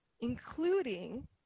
including